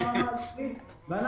אנחנו